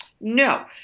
No